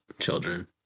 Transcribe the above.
children